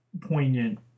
poignant